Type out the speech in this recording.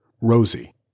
Rosie